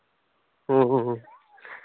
ᱦᱮᱸ ᱦᱮᱸ